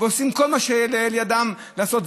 ועושים כל מה שלאל ידם לעשות,